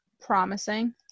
promising